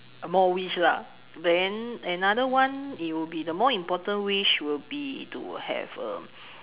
more wish lah then another one it will be the more important wish will be to have um